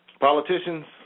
Politicians